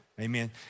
amen